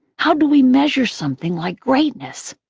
how do we measure something like greatness?